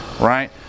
Right